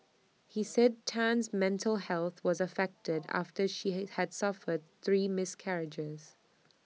he said Tan's mental health was affected after she had suffered three miscarriages